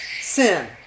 sin